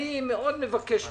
אני מבקש ממך,